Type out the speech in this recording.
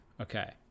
okay